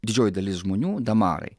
didžioji dalis žmonių damarai